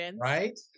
right